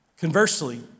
Conversely